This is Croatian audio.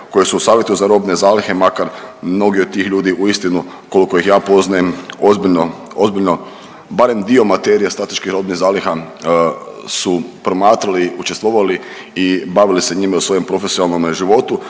koje su u savjetu za robne zalihe, makar mnogi od tih ljudi uistinu koliko ih ja poznajem ozbiljno, ozbiljno barem dio materija strateških robnih zaliha su promatrali, učestvovali i bavili se njima u svojem profesionalnom životu